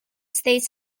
states